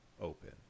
open